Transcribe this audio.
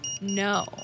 No